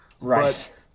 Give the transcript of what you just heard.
Right